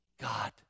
God